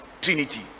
trinity